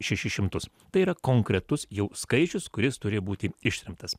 šešis šimtus tai yra konkretus jau skaičius kuris turėjo būti ištremtas